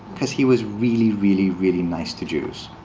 because he was really, really, really nice to jews,